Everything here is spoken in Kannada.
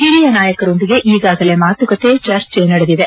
ಹಿರಿಯ ನಾಯಕರೊಂದಿಗೆ ಈಗಾಗಲೇ ಮಾತುಕತೆ ಚರ್ಚೆ ನಡೆದಿದೆ